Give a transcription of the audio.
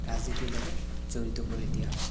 ৰাজনীতিৰ লগত জড়িত কৰি দিয়া হয়